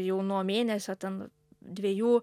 jau nuo mėnesio ten dviejų